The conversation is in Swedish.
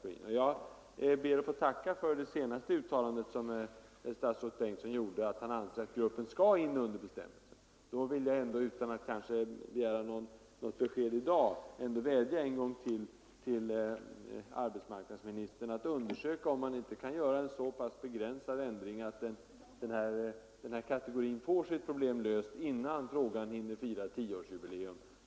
Jag ber att få tacka för statsrådet Bengtssons uttalande att han anser att gruppen skall in under arbetarskyddslagens bestämmelse om rätt till pauser. Jag begär inte något besked i dag, men vädjar ännu en gång till arbetsmarknadsministern att undersöka om man inte kan göra en så pass begränsad ändring att denna kategori får sitt problem löst, innan det hinner fira tioårsjubileum.